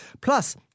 plus